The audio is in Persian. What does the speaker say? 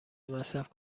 مصرف